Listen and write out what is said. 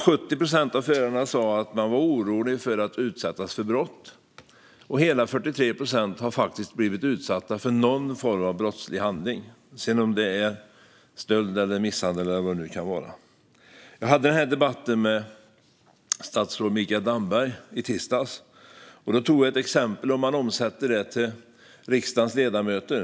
70 procent av förarna sa att de var oroliga för att utsättas för brott, och hela 43 procent har faktiskt blivit utsatta för någon form av brottslig handling - stöld, misshandel eller vad det nu kan vara. Jag hade en debatt om detta med statsrådet Mikael Damberg i tisdags. Jag tog då exemplet att omsätta siffrorna till riksdagens ledamöter.